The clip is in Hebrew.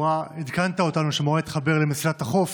עדכנת אותנו שהיא אמורה להתחבר למסילת החוף